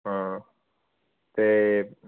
ਹਾਂ ਅਤੇ